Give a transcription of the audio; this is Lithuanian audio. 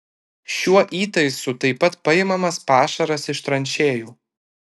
šiuo įtaisu taip pat paimamas pašaras iš tranšėjų